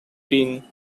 been